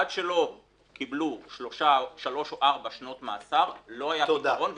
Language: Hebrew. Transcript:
עד שלא קיבלו שלוש או ארבע שנות מאסר לא היה פתרון.